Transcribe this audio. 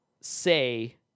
say